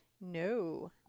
No